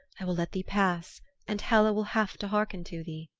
i will let thee pass and hela will have to hearken to thee.